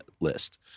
list